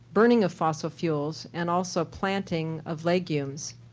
burning of fossil fuels, and also planting of legumes,